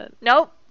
Nope